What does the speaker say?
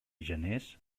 geners